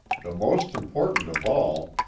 the most important of all,